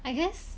I guess